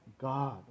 God